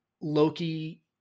loki